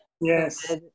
Yes